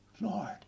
Lord